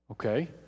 okay